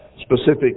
specific